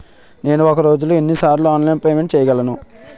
నేను ఒక రోజులో ఎన్ని సార్లు ఆన్లైన్ పేమెంట్ చేయగలను?